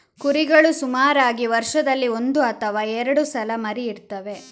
ಕುರಿಗಳು ಸುಮಾರಾಗಿ ವರ್ಷದಲ್ಲಿ ಒಂದು ಅಥವಾ ಎರಡು ಸಲ ಮರಿ ಇಡ್ತವೆ